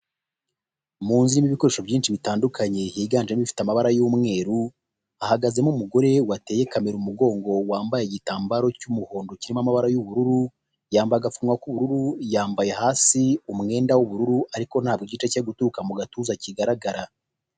Mu nzu irimo ibikoresho byinshi bitandukanye higanjemo ifite amabara y'umweru, hahagazemo umugore wateye kamera umugongo, wambaye igitambaro cy'umuhondo kirimo amabara y'ubururu, yambaye agapfukamunwa k'ubururu, yambaye hasi umwenda w'ubururu ariko ntabwo igice cyo guturuka mu gatuza kigaragara.